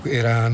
era